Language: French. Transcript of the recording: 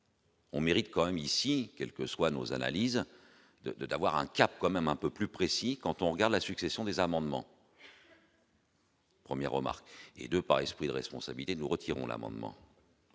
On mérite quand même ici quelque soient nos analyses, de, de, d'avoir un cap quand même un peu plus précis quand on regarde la succession des amendements. Premières remarques et 2 par esprit de responsabilité, nous retirons l'amendement.